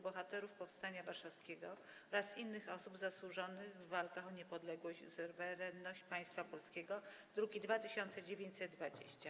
Bohaterów Powstania Warszawskiego oraz innych osób zasłużonych w walkach o niepodległość i suwerenność Państwa Polskiego (druk nr 2920)